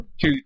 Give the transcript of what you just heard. two